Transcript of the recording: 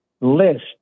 list